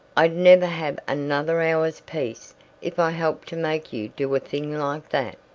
i'd never have another hour's peace if i helped to make you do a thing like that.